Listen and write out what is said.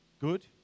Good